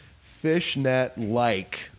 fishnet-like